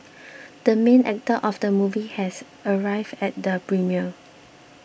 the main actor of the movie has arrived at the premiere